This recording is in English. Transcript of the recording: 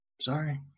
sorry